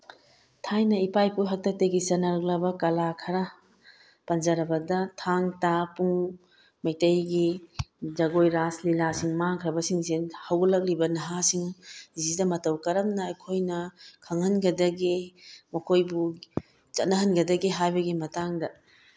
ꯊꯥꯏꯅ ꯏꯄꯥ ꯏꯄꯨ ꯍꯥꯛꯇꯛꯇꯒꯤ ꯆꯠꯅꯔꯛꯂꯕ ꯀꯂꯥ ꯈꯔ ꯄꯟꯖꯔꯕꯗ ꯊꯥꯡ ꯇꯥ ꯄꯨꯡ ꯃꯩꯇꯩꯒꯤ ꯖꯒꯣꯏ ꯔꯥꯁ ꯂꯤꯂꯥꯁꯤꯡ ꯃꯥꯡꯈ꯭ꯔꯕꯁꯤꯡꯁꯦ ꯍꯧꯒꯠꯂꯛꯂꯤꯕ ꯅꯍꯥꯁꯤꯡꯁꯤꯗ ꯃꯇꯧ ꯀꯔꯝꯅ ꯑꯩꯈꯣꯏꯅ ꯈꯪꯍꯟꯒꯗꯒꯦ ꯃꯈꯣꯏꯕꯨ ꯆꯠꯅꯍꯟꯒꯗꯒꯦ ꯍꯥꯏꯕꯒꯤ ꯃꯇꯥꯡꯗ